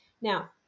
Now